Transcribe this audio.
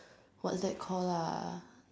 don't know what's that call lah